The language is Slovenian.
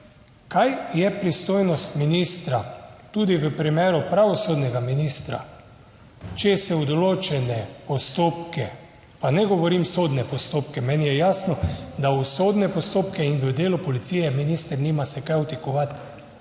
kaj je pristojnost ministra, tudi v primeru pravosodnega ministra, če se v določene postopke, pa ne govorim v sodne postopke, meni je jasno, da v sodne postopke in v delo policije minister nima se kaj vtikovati,